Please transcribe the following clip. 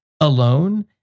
alone